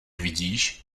vidíš